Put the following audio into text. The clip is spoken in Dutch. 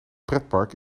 pretpark